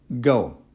go